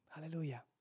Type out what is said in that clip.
Hallelujah